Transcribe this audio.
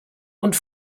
und